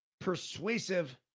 persuasive